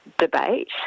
debate